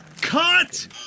Cut